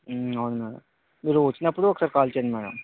అవునండి మీరు వచ్చినప్పుడు ఒకసారి కాల్ చేయండి మ్యాడం